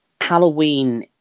Halloween